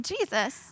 Jesus